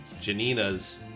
Janina's